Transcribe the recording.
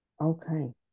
Okay